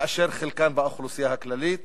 מחלקן באוכלוסייה הכללית,